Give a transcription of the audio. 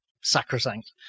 sacrosanct